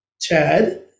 Chad